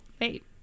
Wait